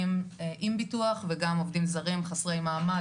עם ביטוח וגם עובדים זרים חסרי מעמד,